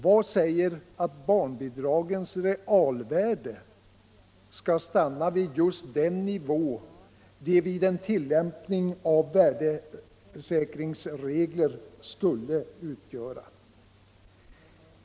Vad är det som säger att barnbidragens realvärde skall stanna vid just den nivå som de vid en tillämpning av värdesäkringsregler skulle befinna sig på?